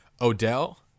Odell